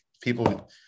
people